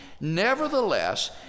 nevertheless